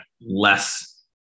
less